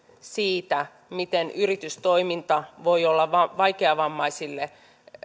siitä miten yritystoiminta voi olla vaikeavammaisille